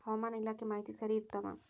ಹವಾಮಾನ ಇಲಾಖೆ ಮಾಹಿತಿ ಸರಿ ಇರ್ತವ?